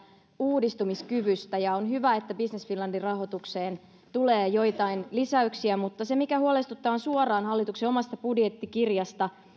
uudistumiskyvystä on hyvä että business finlandin rahoitukseen tulee joitain lisäyksiä mutta se mikä huolestuttaa on suoraan hallituksen omasta budjettikirjasta